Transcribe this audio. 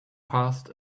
past